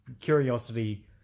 curiosity